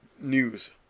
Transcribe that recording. news